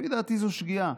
לפי דעתי זו שגיאה.